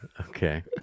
Okay